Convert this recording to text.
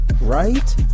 Right